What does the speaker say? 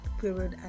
period